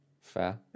fair